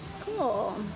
Cool